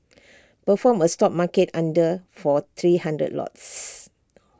perform A stop market order for three hundred lots